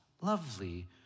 lovely